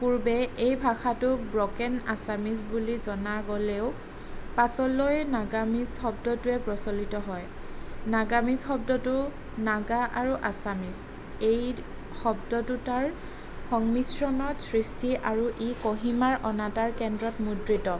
পূৰ্বে এই ভাষাটোক ব্ৰকেন আচামিজ বুলি জনা গ'লেও পাছলৈ নাগামিজ শব্দটোৱে প্ৰচলিত হয় নাগামিজ শব্দটো নাগা আৰু আচামিজ এই শব্দ দুটাৰ সংমিশ্ৰণত সৃষ্টি আৰু ই কহিমাৰ অনাতাঁৰ কেন্দ্ৰত মুদ্ৰিত